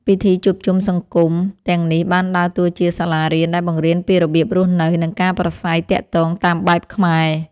ពិធីជួបជុំសង្គមទាំងនេះបានដើរតួជាសាលារៀនដែលបង្រៀនពីរបៀបរស់នៅ និងការប្រាស្រ័យទាក់ទងតាមបែបខ្មែរ។